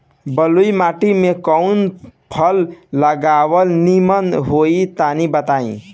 बलुई माटी में कउन फल लगावल निमन होई तनि बताई?